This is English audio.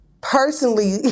personally